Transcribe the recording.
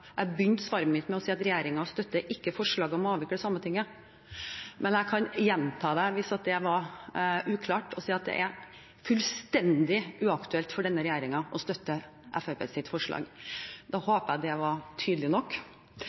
begynte svaret mitt med å si at regjeringen ikke støtter forslaget om å avvikle Sametinget, kan jeg gjenta det hvis det var uklart, og si at det er fullstendig uaktuelt for denne regjeringen å støtte Fremskrittspartiets forslag. Da håper jeg det var tydelig nok.